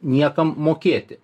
niekam mokėti